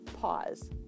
pause